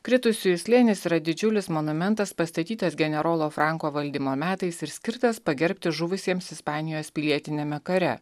kritusiųjų slėnis yra didžiulis monumentas pastatytas generolo franko valdymo metais ir skirtas pagerbti žuvusiems ispanijos pilietiniame kare